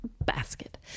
basket